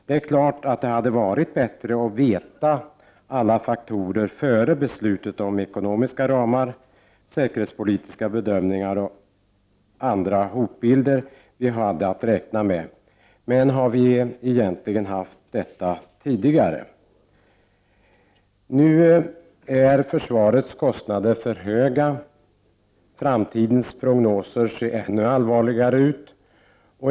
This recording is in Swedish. Det är klart att det hade varit bättre att före beslutet om ekonomiska ramar, känna till de säkerhetspolitiska bedömningar och hotbilder vi har att räkna med. Men har vi egentligen haft det tidigare? Nu är försvarets kostnader för höga, framtidens prognoser ser ännu allvarligare ut.